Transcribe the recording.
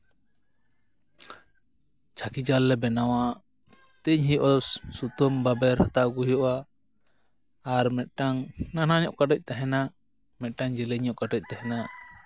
ᱪᱷᱟᱹᱠᱤ ᱡᱟᱞ ᱞᱮ ᱵᱮᱱᱟᱣᱟ ᱛᱮᱧ ᱦᱩᱭᱩᱜᱼᱟ ᱥᱩᱛᱟᱹᱢ ᱵᱟᱵᱮᱨ ᱦᱟᱛᱟᱣ ᱟᱹᱜᱩᱭ ᱦᱩᱭᱩᱜᱼᱟ ᱟᱨ ᱢᱤᱫᱴᱟᱝ ᱱᱟᱱᱦᱟ ᱧᱚᱜ ᱠᱟᱰᱮᱡ ᱛᱟᱦᱮᱱᱟ ᱢᱮᱫᱴᱟᱝ ᱡᱮᱞᱮᱧ ᱧᱚᱜ ᱠᱟᱰᱮᱡ ᱛᱟᱦᱮᱱᱟ